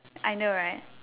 I know right